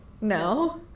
No